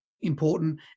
important